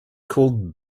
called